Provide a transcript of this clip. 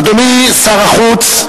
אדוני שר החוץ,